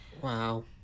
Wow